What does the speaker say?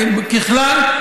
ככלל,